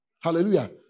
Hallelujah